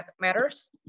matters